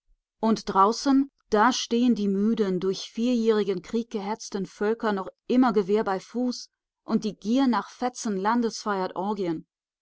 und draußen da stehen die müden durch vierjährigen krieg gehetzten völker noch immer gewehr bei fuß und die gier nach fetzen landes feiert orgien